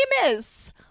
famous